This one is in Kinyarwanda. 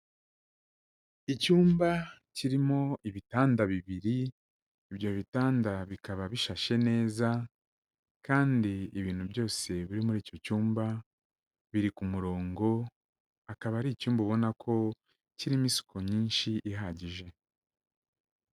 Icyumba kirimo ibitanda bibiri, ibyo bitanda bikaba bishashe neza kandi ibintu byose biri muri icyo cyumba biri ku murongo, akaba ari icyumba ubona ko kirimo isuku nyinshi ihagije.